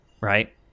right